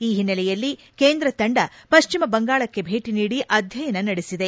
ಈ ಹಿನ್ನೆಲೆಯಲ್ಲಿ ಕೇಂದ್ರ ತಂಡ ಪಶ್ಚಿಮ ಬಂಗಾಳಕ್ಕೆ ಭೇಟ ನೀಡಿ ಅಧ್ಯಯನ ನಡೆಸಿದೆ